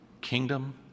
kingdom